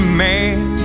man